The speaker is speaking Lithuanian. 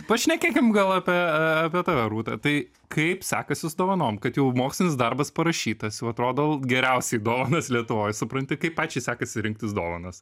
pašnekėkim gal apie a apie tave rūta tai kaip sekasi su dovanom kad jau mokslinis darbas parašytas jau atrodo geriausiai dovanas lietuvoj supranti kaip pačiai sekasi rinktis dovanas